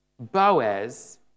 Boaz